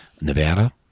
Nevada